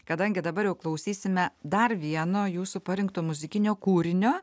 kadangi dabar jau klausysime dar vieno jūsų parinkto muzikinio kūrinio